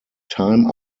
time